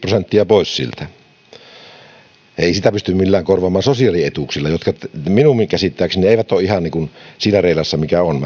pois häneltä ei sitä pysty millään korvaamaan sosiaalietuuksilla jotka minun käsittääkseni eivät ole ihan niin kuin siinä reilassa mikä on